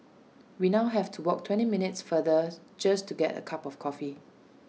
we now have to walk twenty minutes farther just to get A cup of coffee